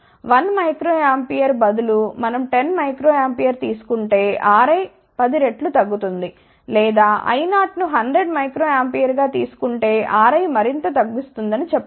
1 micro ampere బదులు మనం 10 microampere తీసు కుంటే Ri 10 రెట్లు తగ్గుతుంది లేదా I0 ను 100 మైక్రో ఆంపియర్ గా తీసు కుంటే Ri మరింత తగ్గిస్తుందని చెప్పగలను